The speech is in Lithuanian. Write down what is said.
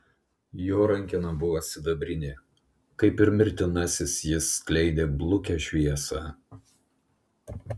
jo rankena buvo sidabrinė kaip ir mirtinasis jis skleidė blukią šviesą